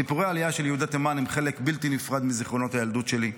סיפורי העלייה של יהודי תימן הם חלק בלתי נפרד מזיכרונות ילדות שלי,